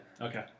Okay